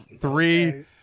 three